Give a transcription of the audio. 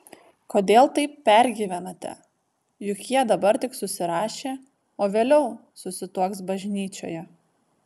kodėl taip pergyvenate juk jie dabar tik susirašė o vėliau susituoks bažnyčioje